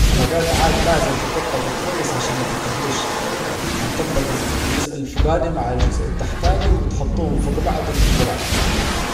الخلجات عاد لازم تتطبج كويس عشان متتكرمشي، هتطبج الجزء الفوجاني مع الجزء التحتاني، وتحطوهم فوج بعض وفي الدولاب